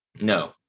No